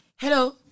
Hello